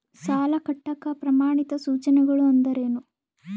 ಸಾಲ ಕಟ್ಟಾಕ ಪ್ರಮಾಣಿತ ಸೂಚನೆಗಳು ಅಂದರೇನು?